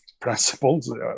principles